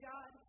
God